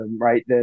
right